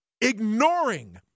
ignoring